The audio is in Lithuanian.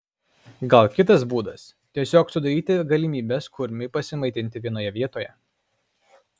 gal kitas būdas tiesiog sudaryti galimybes kurmiui pasimaitinti vienoje vietoje